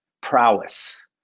prowess